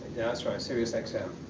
that's right, sirius like so